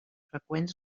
freqüents